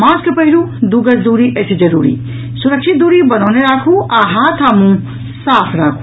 mask पहिरू दू गज दूरी अछि जरूरी सुरक्षित दूरी बनौने राखू आ हाथ आ मुंह साफ राखू